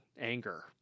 anger